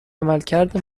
عملکرد